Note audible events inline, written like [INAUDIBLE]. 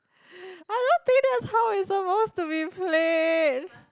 [BREATH] I don't think that's how it's supposed to be played